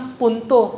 punto